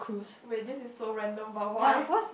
wait this is so random about why